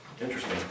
Interesting